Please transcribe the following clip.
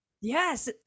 yes